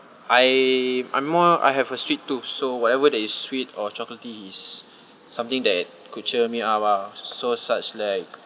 I I'm more I have a sweet tooth so whatever that is sweet or chocolatey is something that could cheer me up ah so such like